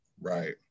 Right